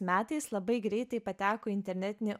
metais labai greitai pateko į internetinį